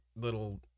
little